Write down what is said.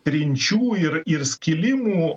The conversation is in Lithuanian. trinčių ir ir skilimų